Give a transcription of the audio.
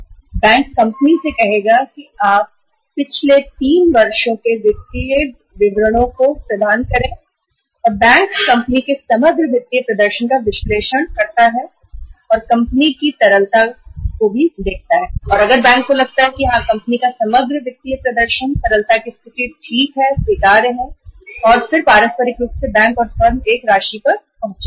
इसके लिए bank company से 3 साल तक के वित्तीय विवरण माँगेगा और कंपनी के समग्र वित्तीय विवरण का विश्लेषण करेगा जैसे कि कंपनी की तरलता स्थिति और यदि बैंक को लगता है कि हां कंपनी की समग्र वित्तीय स्थिति और तरलता की स्थिति ठीक है और स्वीकार्य है तब पारस्परिक रूप से बैंक और फर्म एक राशि पर पहुँचेंगे